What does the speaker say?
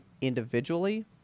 individually